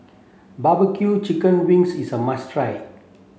barbeque chicken wings is a must try